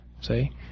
See